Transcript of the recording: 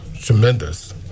tremendous